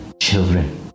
children